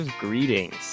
Greetings